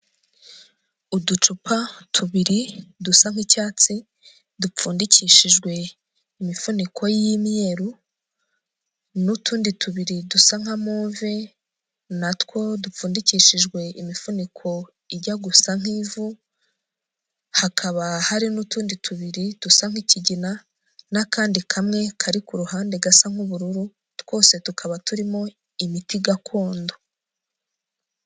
Uducupa tubiri dusa nk'icyatsi, dupfundikishijwe imifuniko y'imyeru, n'utundi tubiri dusa nka move, na two dupfundikishijwe imifuniko ijya gusa nk'ivu, hakaba hari n'utundi tubiri dusa nk'kigina, n'akandi kamwe kari ku ruhande gasa nk'ubururu, twose tukaba turimo imiti gakondo.